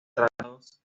tratados